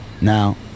Now